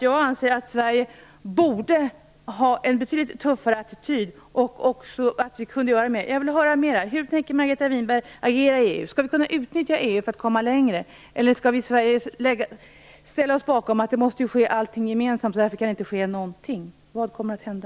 Jag anser att Sverige borde ha en betydligt tuffare attityd och att vi kunde göra mer. Jag vill höra mer om detta. Hur tänker Margareta Winberg agera i EU? Skall vi utnyttja EU för att komma längre? Eller skall vi ställa oss bakom att allting måste ske gemensamt, och att det därför inte kommer att ske någonting? Vad kommer att hända?